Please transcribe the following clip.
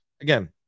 Again